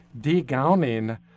de-gowning